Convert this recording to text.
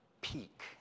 peak